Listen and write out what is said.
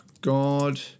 God